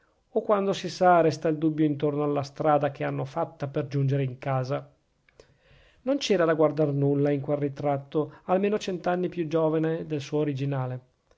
o quando si sa resta il dubbio intorno alla strada che hanno fatta per giungere in casa non c'era da guardar nulla in quel ritratto almeno cent'anni più giovane del suo originale